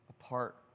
apart